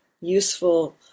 useful